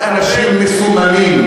רק אנשים מסוממים,